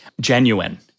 genuine